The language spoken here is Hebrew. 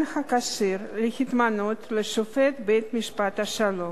הכשיר להתמנות לשופט בית-משפט שלום.